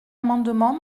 amendement